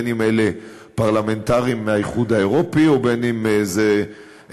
בין אם אלה פרלמנטרים מהאיחוד האירופי ובין אם הם מובילי